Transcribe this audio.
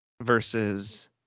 versus